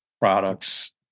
products